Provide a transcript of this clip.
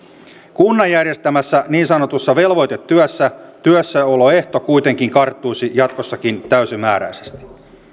kunnan järjestämässä niin sanotussa velvoitetyössä työssäoloehto kuitenkin karttuisi jatkossakin täysimääräisesti